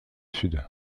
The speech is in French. sud